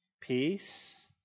peace